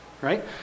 right